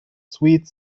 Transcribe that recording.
sweet